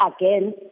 again